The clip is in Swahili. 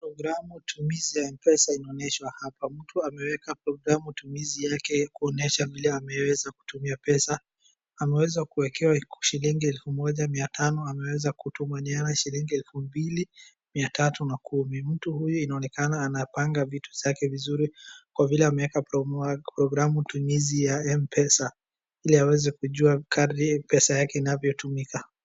Programu tumizi ya Mpesa inaonyeshwa hapa mtu ameweka programu tumizi yake ya kuonyesha vile ameweza kutumia pesa. Aweza kuekewa shilingi elfu moja mia tano, ameweza kutumaniana shilingi elfu mbili mia tatu na kumi. Mtu huyu inaonekana anapanga vitu zake vizuri kwa vile ameweka programu tumizi ya Mpesa ili aweze kujua kadri pesa yake inavyo tumika.